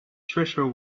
treasure